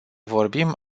vorbim